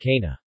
Cana